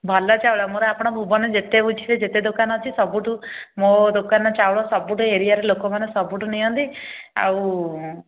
ଭଲ ଚାଉଳ ମୋର ଆପଣ ଭୁବନ ଯେତେ ବୁଝିବେ ଯେତେ ଦୋକାନ ଅଛି ସବୁଠୁ ମୋ ଦୋକାନ ଚାଉଳ ସବୁଠୁ ଏରିଆରେ ଲୋକମାନେ ସବୁଠୁ ନିଅନ୍ତି ଆଉ